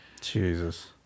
Jesus